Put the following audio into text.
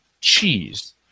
cheese